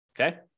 Okay